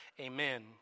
amen